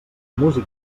músic